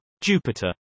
Jupiter